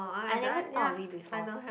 I never taught of it before